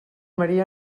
maria